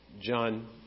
John